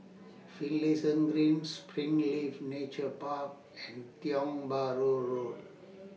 Finlayson Green Springleaf Nature Park and Tiong Bahru Road